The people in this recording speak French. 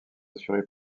assurée